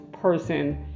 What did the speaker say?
person